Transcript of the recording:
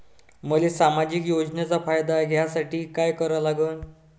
मले सामाजिक योजनेचा फायदा घ्यासाठी काय करा लागन?